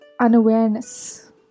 unawareness